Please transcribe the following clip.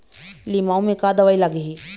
लिमाऊ मे का दवई लागिही?